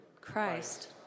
Christ